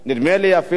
נדמה לי אפילו,